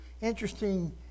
interesting